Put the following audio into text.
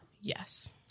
yes